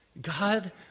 God